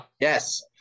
Yes